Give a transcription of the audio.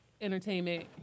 entertainment